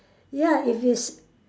ya if it's